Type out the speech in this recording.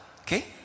Okay